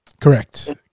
Correct